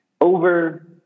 over